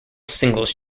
singles